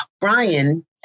Brian